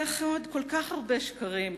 ואחרי כל כך הרבה שקרים,